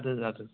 اَدٕ حظ اَدٕ حظ